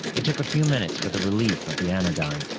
it took a few minutes for the relief of the anodyne,